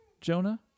Jonah